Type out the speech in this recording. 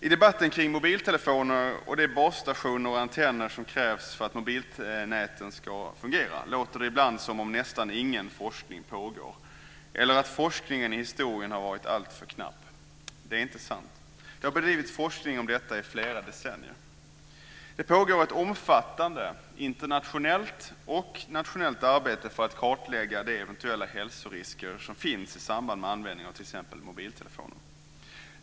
I debatten kring mobiltelefoner och de basstationer och antenner som krävs för att mobilnäten ska fungerar låter det ibland som om nästan ingen forskning pågår eller att forskningen i historien har varit alltför knapp. Det är inte sant. Det har bedrivits forskning om detta i flera decennier. Det pågår ett omfattande internationellt och nationellt arbete för att kartlägga de eventuella hälsorisker som finns i samband med användning av t.ex. mobiltelefoner.